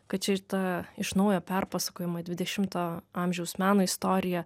kad šita iš naujo perpasakojama dvidešimto amžiaus meno istorija